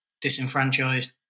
disenfranchised